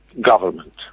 government